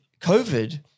COVID